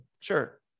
sure